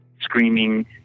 screaming